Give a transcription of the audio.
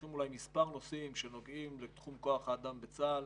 לוקחים מספר נושאים שנוגעים לתחום כוח האדם בצה"ל,